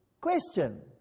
Question